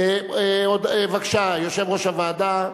בבקשה, יושב-ראש הוועדה.